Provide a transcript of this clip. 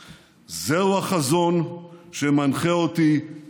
לא באף הזדמנות אחרת שבה פינוי יישובים